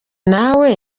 nawe